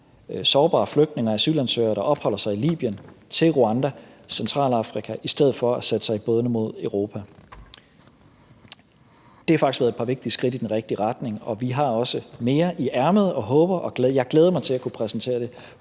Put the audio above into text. sårbare flygtninge og asylansøgere, der opholder sig i Libyen, til Rwanda, Centralafrika, i stedet for at sætte sig i bådene mod Europa. Det har faktisk været et par vigtige skridt i den rigtige retning, og vi har også mere i ærmet, og jeg glæder mig til at kunne præsentere det